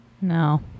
No